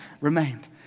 remained